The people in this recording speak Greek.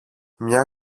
μια